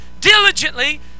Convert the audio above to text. diligently